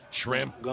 shrimp